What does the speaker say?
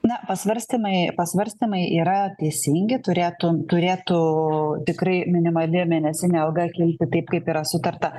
na pasvarstymai pasvarstymai yra teisingi turėtų turėtų tikrai minimali mėnesinė alga kilti taip kaip yra sutarta